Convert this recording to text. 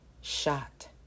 shot